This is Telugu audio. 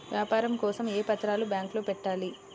వ్యాపారం కోసం ఏ పత్రాలు బ్యాంక్లో పెట్టాలి?